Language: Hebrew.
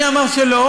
מי אמר שלא?